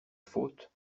faute